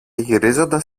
γυρίζοντας